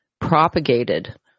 propagated